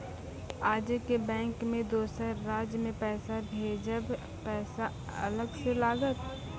आजे के बैंक मे दोसर राज्य मे पैसा भेजबऽ पैसा अलग से लागत?